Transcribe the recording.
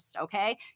okay